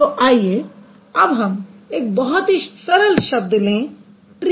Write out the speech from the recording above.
तो आइए अब हम एक बहुत ही सरल शब्द लें ट्री